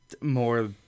more